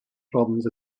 problems